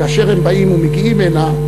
כאשר הם באים ומגיעים הנה,